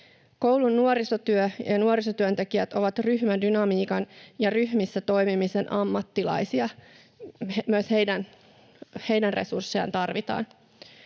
Koulun nuorisotyö ja nuorisotyöntekijät ovat ryhmädynamiikan ja ryhmissä toimimisen ammattilaisia. Myös heidän resurssejaan tarvitaan.